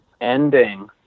ending